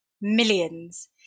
millions